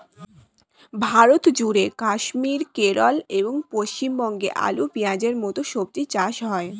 ভারতজুড়ে কাশ্মীর, কেরল এবং পশ্চিমবঙ্গে আলু, পেঁয়াজের মতো সবজি চাষ হয়